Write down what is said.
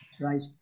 Right